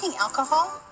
alcohol